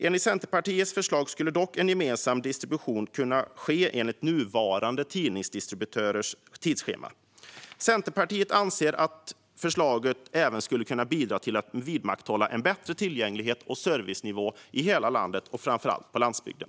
Enligt Centerpartiets förslag skulle dock en gemensam distribution kunna ske enligt nuvarande tidningsdistributörers tidsschema. Centerpartiet anser att förslaget även skulle kunna bidra till att vidmakthålla en bättre tillgänglighet och servicenivå i hela landet, framför allt på landsbygden.